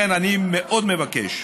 לכן, אני מאוד מבקש